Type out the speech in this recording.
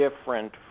different